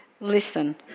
Listen